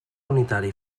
unitari